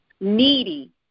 needy